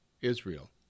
Israel